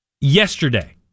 yesterday